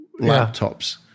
laptops